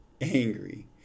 angry